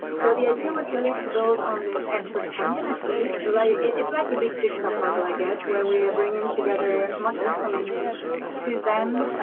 so, the idea was really to build on this expert community. like it's like a big jigsaw puzzle, i guess, where we're bringing together much information to them,